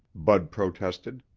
bud protested.